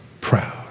proud